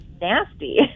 nasty